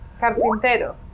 Carpintero